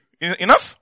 Enough